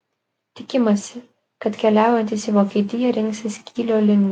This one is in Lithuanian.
tikimasi kad keliaujantys į vokietiją rinksis kylio liniją